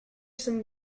some